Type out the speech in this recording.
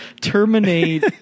terminate